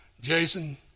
Jason